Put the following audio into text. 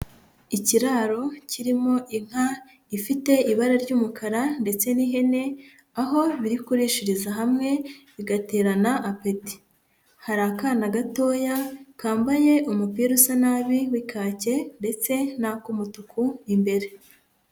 Ikiraro kirimo inka ifite ibara ry'umukara ndetse n'ihene aho biri kurishiriza hamwe bigaterana apeti, hari akana gatoya kambaye umupira usa nabi w'ikake ndetse n'ak'umutuku imbere.